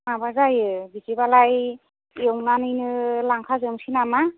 माबा जायो बिदिबालाय एवनानैनो लांखाजोबनोसै नामा